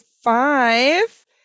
Five